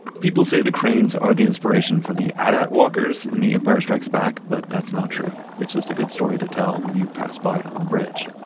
people say the cranes are the inspiration for the at-at walkers in the empire strikes back, but that's not true. it's just a good story to tell when you pass by on the bridge